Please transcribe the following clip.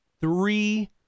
three